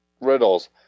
riddles